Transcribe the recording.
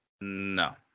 No